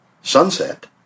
Sunset